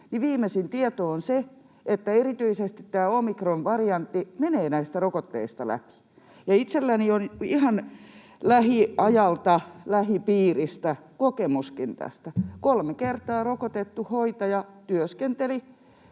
viimeisin tieto on se, että erityisesti tämä omikronvariantti menee näistä rokotteista läpi. Itselläni on ihan lähiajalta, lähipiiristä kokemuskin tästä: kolme kertaa rokotettu hoitaja työskenteli